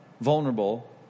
vulnerable